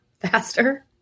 faster